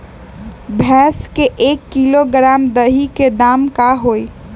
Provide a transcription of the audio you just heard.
भैस के एक किलोग्राम दही के दाम का होई?